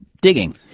digging